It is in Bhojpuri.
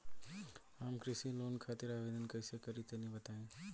हम कृषि लोन खातिर आवेदन कइसे करि तनि बताई?